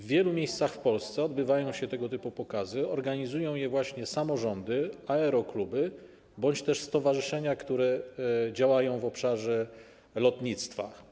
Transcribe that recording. W wielu miejscach w Polsce odbywają się tego typu pokazy, organizują je właśnie samorządy, aerokluby bądź też stowarzyszenia, które działają w obszarze lotnictwa.